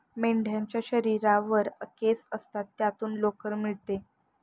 मेंढ्यांच्या शरीरावर केस असतात ज्यातून लोकर मिळते